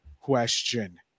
question